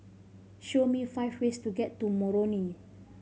show me five ways to get to Moroni